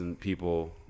people